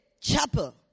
chapel